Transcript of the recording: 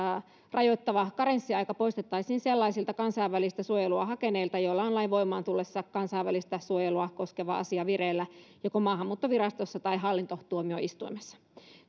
rajoittava karenssiaika poistettaisiin sellaisilta kansainvälistä suojelua hakeneilta joilla on lain voimaan tullessa kansainvälistä suojelua koskeva asia vireillä joko maahanmuuttovirastossa tai hallintotuomioistuimessa